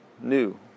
new